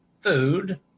food